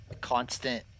constant